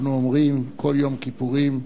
אנחנו אומרים בכל יום כיפורים: